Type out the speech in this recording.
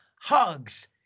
hugs